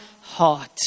heart